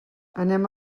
anem